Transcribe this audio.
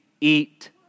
eat